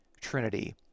trinity